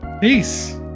Peace